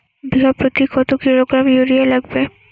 বিঘাপ্রতি কত kilogram urea লাগবে?